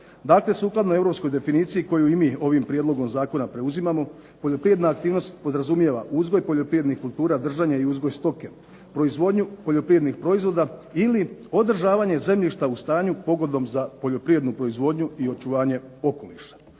Dakle, sukladno europskoj definiciji koju i mi ovim prijedlogom zakona preuzimamo poljoprivredna aktivnost podrazumijeva uzgoj poljoprivrednih kultura, držanja i uzgoj stoke, proizvodnju poljoprivrednih proizvoda ili održavanje zemljišta u stanju pogodnom za poljoprivrednu proizvodnju i očuvanje okoliša.